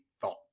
Thought